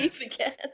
again